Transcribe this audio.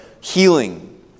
healing